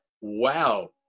Wow